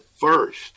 first